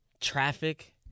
traffic